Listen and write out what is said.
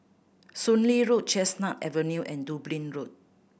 Soon Lee Road Chestnut Avenue and Dublin Road